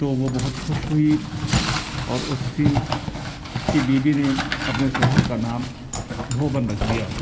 تو وہ بہت خوش ہوئی اور اس دن اس کی بیوی نے اپنے شوہر کا نام دھوبن رکھ دیا